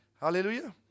Hallelujah